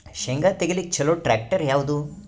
ಶೇಂಗಾ ತೆಗಿಲಿಕ್ಕ ಚಲೋ ಟ್ಯಾಕ್ಟರಿ ಯಾವಾದು?